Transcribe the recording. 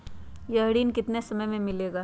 यह ऋण कितने समय मे मिलेगा?